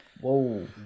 whoa